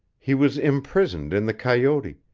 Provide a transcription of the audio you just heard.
he was imprisoned in the coyote,